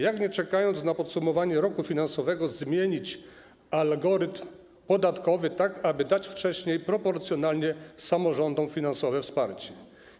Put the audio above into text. Jak, nie czekając na podsumowanie roku finansowego, zmienić algorytm podatkowy tak, aby dać wcześniej proporcjonalnie samorządom finansowe wsparcie?